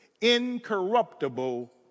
incorruptible